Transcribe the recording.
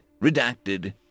redacted